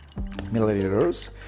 milliliters